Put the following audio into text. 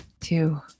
two